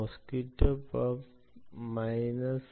mosquito pub minus